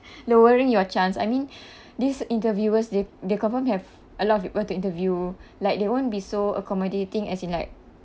lowering your chance I mean these interviewers they they confirm have a lot of people to interview like they won't be so accommodating as in like